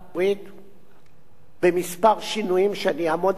בשינויים מספר שאני אעמוד עליהם ואסביר אותם גם כן.